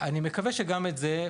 אני מקווה שגם את זה.